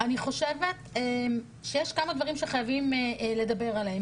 אני חושבת שיש כמה דברים שחייבים לדבר עליהם.